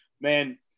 man